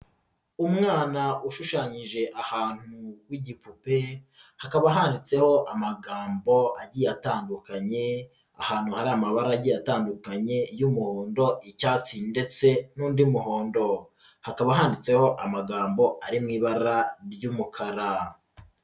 Umwana ushushanyije ahantu w'igipupe hakaba handitseho amagambo agiye atandukanye, ahantu hari amabarage atandukanye y'umuhondo, icyatsi ndetse n'undi muhondo, hakaba handitseho amagambo ari mu ibara ry'umukara.